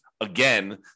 again